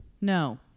No